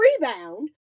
rebound